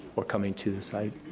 or coming to the site.